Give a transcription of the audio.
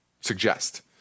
suggest